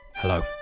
hello